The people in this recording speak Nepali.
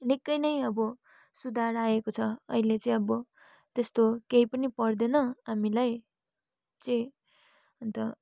निकै नै अब सुधार आएको छ अहिले चाहिँ अब त्यस्तो केही पनि पर्दैन हामीलाई चाहिँ अन्त